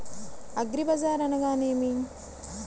అగ్రిబజార్ అనగా నేమి?